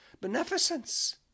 beneficence